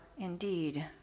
indeed